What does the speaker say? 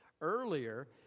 earlier